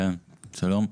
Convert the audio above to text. כן, שלום.